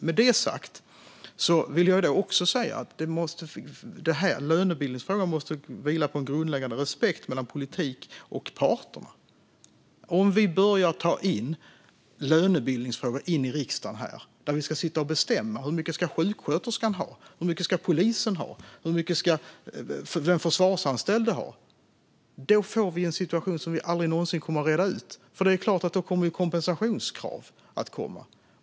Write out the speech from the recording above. Med det sagt vill jag också säga att lönebildningsfrågan måste vila på en grundläggande respekt mellan politiken och parterna. Om vi börjar ta in lönebildningsfrågor i riksdagen och ska sitta och bestämma hur mycket sjuksköterskan, polisen och den försvarsanställde ska ha får vi en situation som vi aldrig någonsin kommer att reda ut. Då kommer nämligen självklart kompensationskrav att komma.